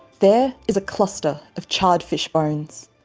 there is a cluster of charred fish bones,